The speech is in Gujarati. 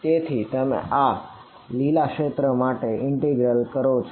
તેથી 2 રેખાનું ઇન્ટિગ્રલ કરો છો